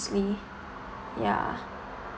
honestly ya